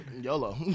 YOLO